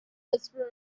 whisperer